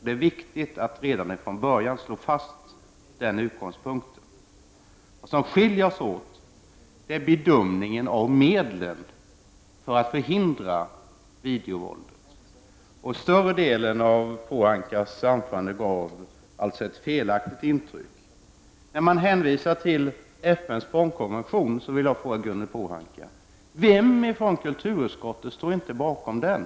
Det är viktigt att man redan från början slår fast denna utgångspunkt. Vad som skiljer oss åt är bedömnigen av medlen för att förhindra videovåldet. Större delen av Ragnhild Pohankas anförande gav alltså ett felaktigt intryck. Prot. 1989/90:132 = detta vill jag fråga henne: Vem i kulturutskottet ställer sig inte bakom den?